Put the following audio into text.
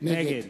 נגד